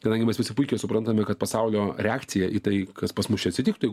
kadangi mes visi puikiai suprantame kad pasaulio reakcija į tai kas pas mus čia atsitiktų